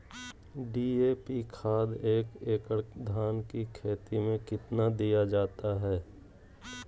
DAP खाद एक एकड़ धान की खेती में कितना दीया जाता है?